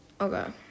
okay